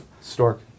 Stork